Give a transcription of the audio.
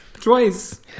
twice